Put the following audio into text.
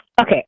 Okay